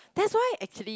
that's why actually